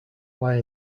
lie